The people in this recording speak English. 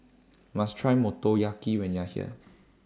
YOU must Try Motoyaki when YOU Are here